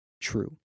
true